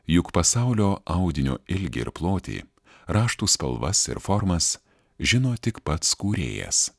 juk pasaulio audinio ilgį ir plotį raštų spalvas ir formas žino tik pats kūrėjas